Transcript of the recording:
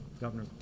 Governor